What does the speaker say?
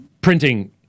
printing